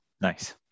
Nice